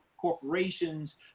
corporations